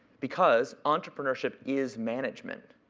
because entrepreneurship is management.